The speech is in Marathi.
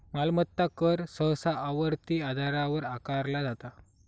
मालमत्ता कर सहसा आवर्ती आधारावर आकारला जाता